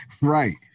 Right